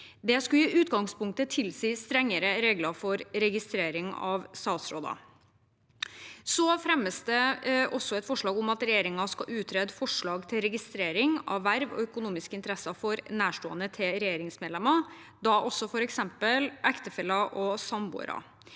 Det skulle i utgangspunktet tilsi strengere regler for registrering av statsråder. Det fremmes også et forslag om at regjeringen skal utrede forslag til registrering av verv og økonomiske interesser for nærstående til regjeringsmedlemmer, da også f.eks. ektefeller og samboere.